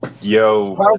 yo